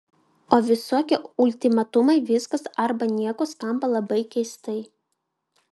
o visokie ultimatumai viskas arba nieko skamba labai keistai